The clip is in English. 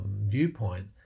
viewpoint